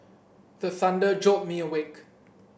the thunder jolt me awake